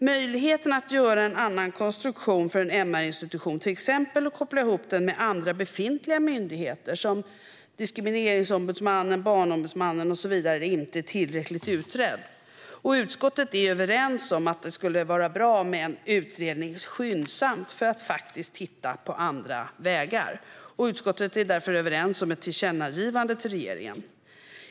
Möjligheten att göra en annan konstruktion för en MR-institution, till exempel koppla ihop den med andra befintliga myndigheter, såsom Diskrimineringsombudsmannen, Barnombudsmannen och så vidare, är inte tillräckligt utredd. Utskottet är överens om att det skulle vara bra med en utredning skyndsamt för att titta på andra vägar. Utskottet är därför överens om ett tillkännagivande till regeringen.